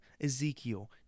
Ezekiel